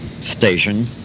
station